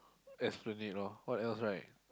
Esplanade orh what else right